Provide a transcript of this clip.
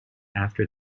after